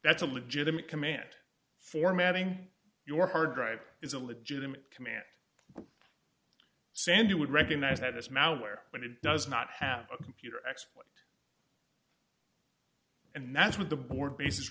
that's a legitimate command formatting your hard drive is a legitimate command sand you would recognize that this mound where when it does not have a computer expert and that's what the board bases